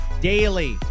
daily